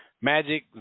Magic